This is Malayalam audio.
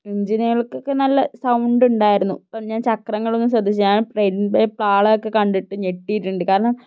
എൻജിനുകൾക്കൊക്കെ നല്ല സൗണ്ട് ഉണ്ടായിരുന്നു അപ്പോൾ ഞാൻ ചക്രങ്ങളൊന്നും ശ്രദ്ധിച്ചില്ല ഞാൻ ട്രെയിനിന്റെ പാളം ഒക്കെ കണ്ടിട്ട് ഞെട്ടിയിട്ടുണ്ട് കാരണം